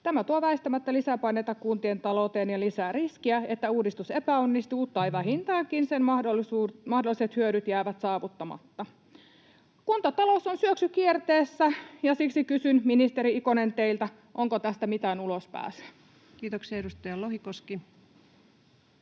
Tämä tuo väistämättä lisäpaineita kuntien talouteen ja lisää riskiä, että uudistus epäonnistuu tai vähintäänkin sen mahdolliset hyödyt jäävät saavuttamatta. Kuntatalous on syöksykierteessä, ja siksi kysyn, ministeri Ikonen, teiltä: onko tästä mitään ulospääsyä? [Speech 57] Speaker: